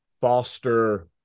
foster